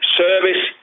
service